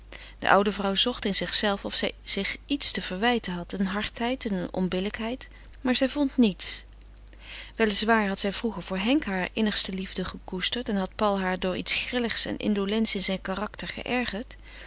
de oude vrouw zocht in zichzelve of zij zich iets te verwijten had een hardheid eene onbillijkheid maar zij vond niets wel is waar had zij vroeger voor henk haar innigste liefde gekoesterd en had paul haar door iets grilligs en indolents in zijn karakter geërgerd